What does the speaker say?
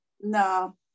no